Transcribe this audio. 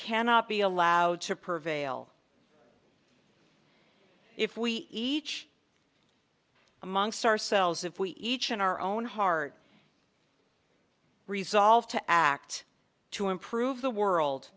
cannot be allowed to prevail if we each amongst ourselves if we each in our own heart resolve to act to improve the world